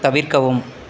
தவிர்க்கவும்